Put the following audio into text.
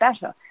better